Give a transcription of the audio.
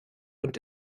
und